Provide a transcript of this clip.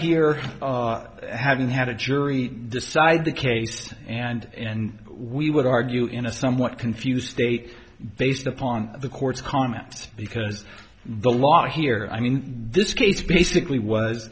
here having had a jury decide the case and we would argue in a somewhat confused state based upon the court's comments because the law here i mean this case basically was